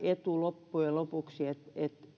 etu loppujen lopuksi että